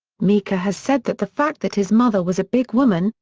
mika has said that the fact that his mother was a big woman,